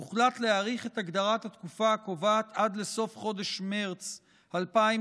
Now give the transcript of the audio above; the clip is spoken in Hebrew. הוחלט להאריך את הגדרת התקופה הקובעת עד לסוף חודש מרץ 2021,